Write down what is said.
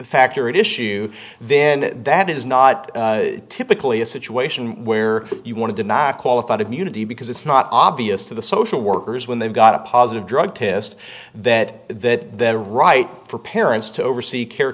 factor issue then that is not typically a situation where you want to deny a qualified immunity because it's not obvious to the social workers when they've got a positive drug test that that they're right for parents to oversee care